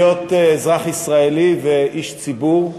להיות אזרח ישראלי ואיש ציבור.